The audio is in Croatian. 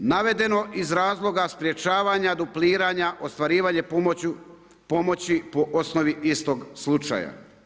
Navedeno iz razloga sprječavanja, dupliranja, ostvarivanje pomoći po osnovi istog slučaja.